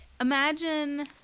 imagine